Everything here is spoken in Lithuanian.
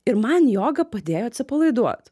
ir man joga padėjo atsipalaiduot